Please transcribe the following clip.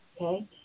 Okay